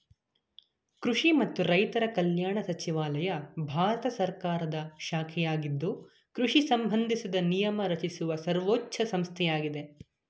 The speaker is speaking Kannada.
ಕೃಷಿ ಮತ್ತು ರೈತರ ಕಲ್ಯಾಣ ಸಚಿವಾಲಯ ಭಾರತ ಸರ್ಕಾರದ ಶಾಖೆಯಾಗಿದ್ದು ಕೃಷಿ ಸಂಬಂಧಿಸಿದ ನಿಯಮ ರಚಿಸುವ ಸರ್ವೋಚ್ಛ ಸಂಸ್ಥೆಯಾಗಿದೆ